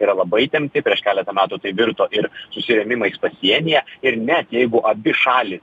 yra labai įtempti prieš keletą metų tai virto ir susirėmimais pasienyje ir net jeigu abi šalys